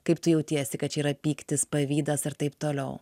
kaip tu jautiesi kad čia yra pyktis pavydas ir taip toliau